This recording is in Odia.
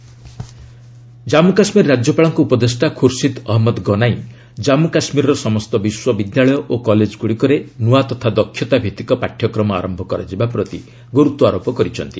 ଜେକେ ଆଡ୍ଭାଇଜର ଜାମ୍ମୁ କାଶ୍ମୀର ରାଜ୍ୟପାଳଙ୍କ ଉପଦେଷ୍ଟା ଖୁର୍ସିଦ ଅହନ୍ମଦ ଗନାଇ ଜାନ୍ପୁ କାଶ୍ମୀରର ସମସ୍ତ ବିଶ୍ୱବିଦ୍ୟାଳୟ ଓ କଲେଜଗୁଡ଼ିକରେ ନୂଆ ତଥା ଦକ୍ଷତା ଭିଭିକ ପାଠ୍ୟକ୍ରମ ଆରମ୍ଭ କରାଯିବା ପ୍ରତି ଗୁରୁତ୍ୱାରୋପ କରିଛନ୍ତି